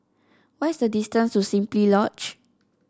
what is the distance to Simply Lodge